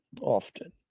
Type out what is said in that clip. often